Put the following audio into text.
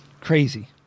Crazy